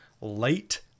late